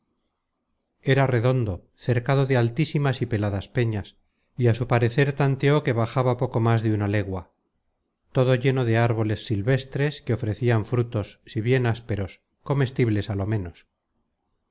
era redondo cercado de altísimas y peladas peñas y á su parecer tanteó que bojaba poco más de una legua todo lleno de árboles silvestres que ofrecian frutos si bien ásperos comestibles á lo ménos